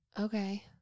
Okay